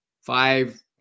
five